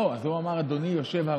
לא, אז הוא אמר "אדוני יושב-הראש".